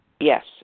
Yes